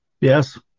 Yes